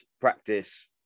practice